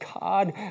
God